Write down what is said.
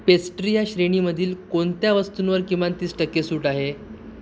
pastry या श्रेणीमधील कोणत्या वस्तुंवर किमान तीस टक्के सूट आहे